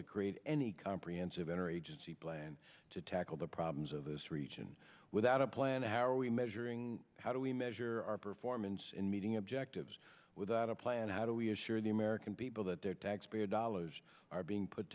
to create any comprehensive in or agency plan to tackle the problems of this region without a plan how are we measuring how do we measure our performance in meeting objectives without a plan how do we assure the american people that their taxpayer dollars are being put